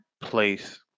place